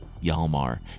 Yalmar